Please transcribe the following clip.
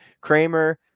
Kramer